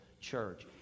church